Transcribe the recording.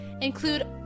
include